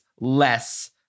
less